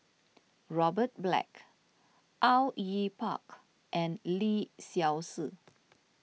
Robert Black Au Yue Pak and Lee Seow Ser